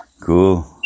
cool